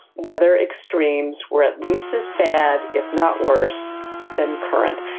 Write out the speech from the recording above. weather extremes were at least as bad, if not worse than current.